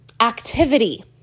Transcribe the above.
Activity